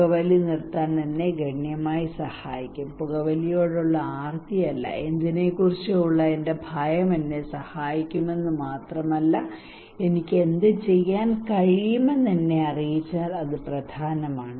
പുകവലി നിർത്താൻ എന്നെ ഗണ്യമായി സഹായിക്കും പുകവലിയോടുള്ള ആർത്തിയല്ല എന്തിനെക്കുറിച്ചോ ഉള്ള എന്റെ ഭയം എന്നെ സഹായിക്കുമെന്ന് മാത്രമല്ല എനിക്ക് എന്തുചെയ്യാൻ കഴിയുമെന്ന് നിങ്ങൾ എന്നെ അറിയിച്ചാൽ അത് പ്രധാനമാണ്